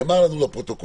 נאמר לנו לפרוטוקול,